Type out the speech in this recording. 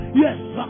yes